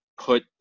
put